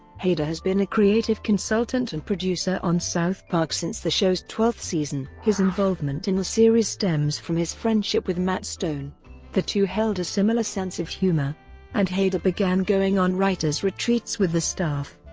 hader has been a creative consultant and producer on south park since the show's twelfth season. his involvement in the series stems from his friendship with matt stone the two held a similar sense of humor and hader began going on writers' retreats with the staff.